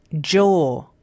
jaw